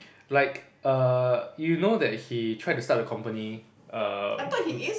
like err you know that he tried to start the company err